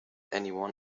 anyone